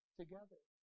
together